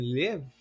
live